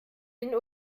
den